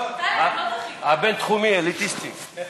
הבינתחומי, אליטיסטי.